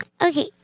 Okay